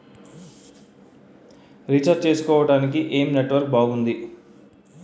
Recharge చేసుకోవటానికి ఏం network బాగుంది?